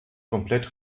komplett